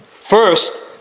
First